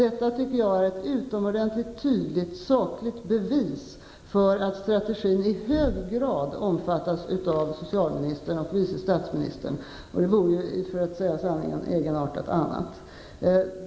Jag tycker att detta är ett utomordentligt tydligt sakligt bevis för att strategin i hög grad omfattas av socialministern och vice statsministern. Det vore också, för att säga sanningen, egenartat annars.